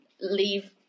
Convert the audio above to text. leave